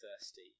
thirsty